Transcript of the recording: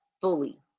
fully